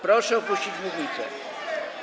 Proszę opuścić mównicę.